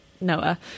noah